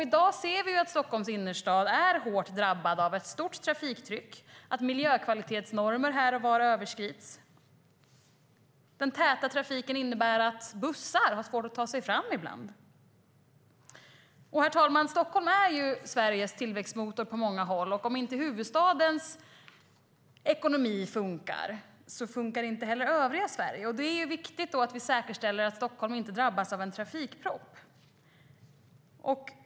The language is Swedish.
I dag ser vi att Stockholms innerstad är hårt drabbad av ett stort trafiktryck och att miljökvalitetsnormer här och var överskrids. Den täta trafiken innebär att bussar ibland har svårt att ta sig fram. Herr talman! Stockholm är Sveriges tillväxtmotor på många sätt. Om inte huvudstadens ekonomi funkar så funkar inte heller övriga Sverige. Det är viktigt att vi säkerställer att Stockholm inte drabbas av en trafikpropp.